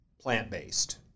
plant-based